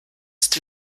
ist